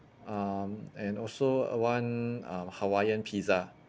um and also uh one uh hawaiian pizza